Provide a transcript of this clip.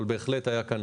אבל בהחלט הייתה כאן